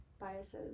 biases